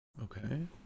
Okay